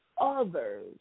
others